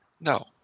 No